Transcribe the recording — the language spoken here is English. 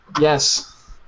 Yes